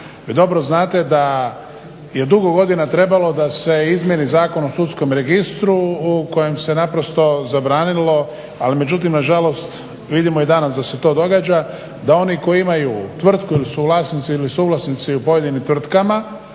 dobro znate da je dugo godina trebalo da se izmijeni Zakon o sudskom registru u kojem se naprosto zabranilo, ali međutim nažalost vidimo i danas da se to događa, da oni koji imaju tvrtku ili su vlasnici ili suvlasnici u pojedinim tvrtkama,